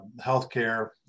Healthcare